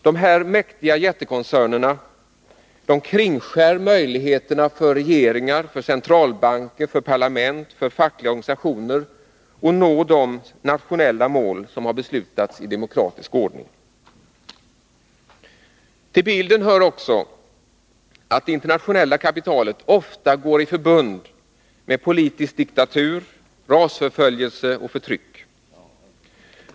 De här mäktiga jättekoncernerna kringskär möjligheterna för regeringar, för centralbanker, för parlament, för fackliga organisationer att nå de nationella mål som har beslutats i demokratisk ordning. Till bilden hör också att det internationella kapitalet ofta går i förbund med politisk diktatur, rasförföljelse och förtryck.